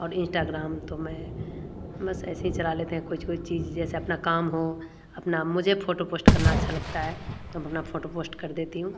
और इंस्टाग्राम तो मैं बस ऐसे ही चला लेते हैं कुछ कुछ चीज़ जैसे अपना काम हो अपना मुझे फोटो पोस्ट करना अच्छा लगता है तो अपना फोटो पोस्ट कर देता हूँ